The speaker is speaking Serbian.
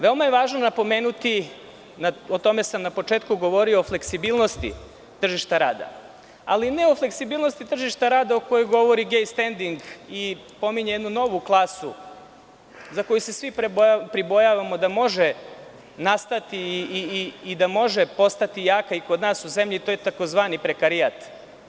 Veoma je važno napomenuti, o tome sam na početku govorio, o fleksibilnosti tržišta rada, ali ne o fleksibilnosti tržišta rada o kojoj govori Gej Stending i pominje jednu novu klasu, za koju se svi pribojavamo da može nastati i da može postati jaka i kod nas u zemlji, a to je tzv. prekarijat.